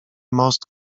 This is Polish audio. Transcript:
most